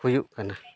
ᱦᱩᱭᱩᱜ ᱠᱟᱱᱟ